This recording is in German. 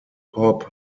hop